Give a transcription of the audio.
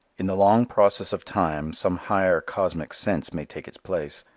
in the long process of time some higher cosmic sense may take its place.